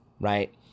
right